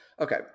okay